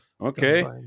Okay